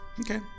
Okay